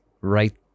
right